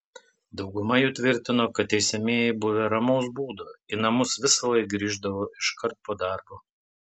dauguma jų tvirtino kad teisiamieji buvę ramaus būdo į namus visąlaik grįždavo iškart po darbo